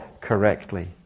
correctly